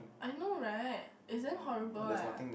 I know [right] is damn horrible eh